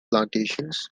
plantations